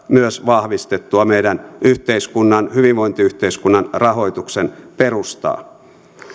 myös vahvistettua meidän hyvinvointiyhteiskunnan rahoituksen perustaa